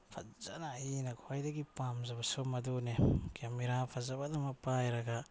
ꯐꯖꯅ ꯑꯩꯅ ꯈ꯭ꯋꯥꯏꯗꯒꯤ ꯄꯥꯝꯖꯕꯁꯨ ꯃꯗꯨꯅꯦ ꯀꯦꯃꯦꯔꯥ ꯐꯖꯕ ꯑꯗꯨꯃ ꯄꯥꯏꯔꯒ